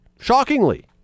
shockingly